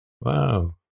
Wow